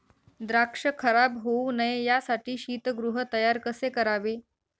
द्राक्ष खराब होऊ नये यासाठी शीतगृह तयार कसे करावे?